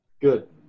Good